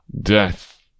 Death